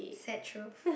that's true